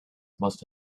must